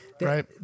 right